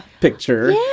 picture